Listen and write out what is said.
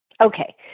Okay